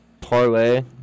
parlay